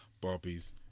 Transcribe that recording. Barbie's